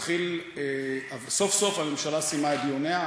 התחיל, סוף-סוף הממשלה סיימה את דיוניה.